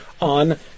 on